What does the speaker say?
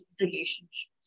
relationships